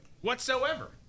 whatsoever